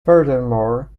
furthermore